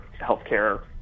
healthcare